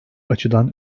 açıdan